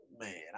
Man